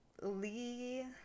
Lee